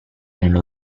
nello